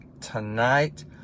tonight